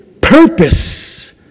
purpose